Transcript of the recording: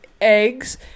eggs